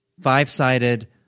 Five-sided